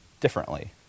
Differently